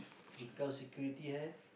become security hire